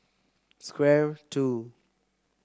Square Two